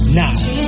now